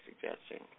suggesting